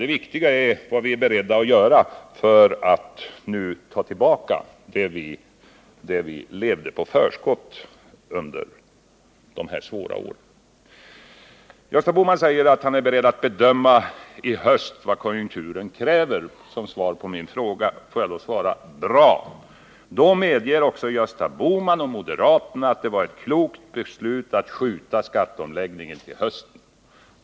Det viktiga är vad vi är beredda att göra för att nu ta tillbaka det vi levde på i förskott under de svåra åren. Såsom svar på min fråga sade Gösta Bohman att han är beredd att i höst bedöma vad konjunkturen kräver. Bra, då medger också Gösta Bohman och moderaterna att det var ett klokt beslut att skjuta skatteomläggningen till hösten.